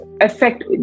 affect